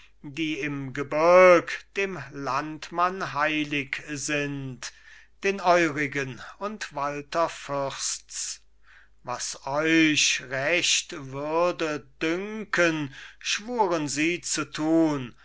die im gebirg dem landmann heilig sind den eurigen und walther fürsts was euch recht würde dünken schwuren sie zu tun